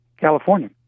California